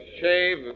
Shave